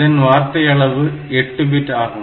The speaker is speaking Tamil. அதன் வார்த்தை அளவு 8 பிட் ஆகும்